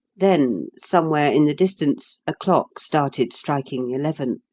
then somewhere in the distance a clock started striking eleven,